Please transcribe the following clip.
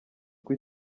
uko